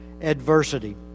adversity